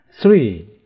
Three